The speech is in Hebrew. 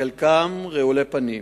חלקם רעולי פנים.